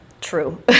true